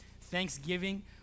Thanksgiving